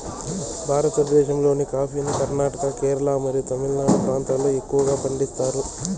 భారతదేశంలోని కాఫీని కర్ణాటక, కేరళ మరియు తమిళనాడు ప్రాంతాలలో ఎక్కువగా పండిస్తారు